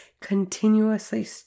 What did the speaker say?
continuously